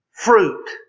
Fruit